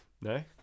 No